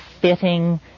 fitting